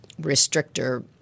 restrictor –